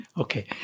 Okay